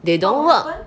they don't work